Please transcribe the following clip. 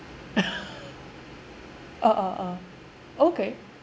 orh orh orh okay